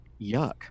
yuck